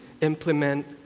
implement